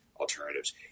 alternatives